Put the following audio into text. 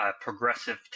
progressive